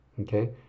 Okay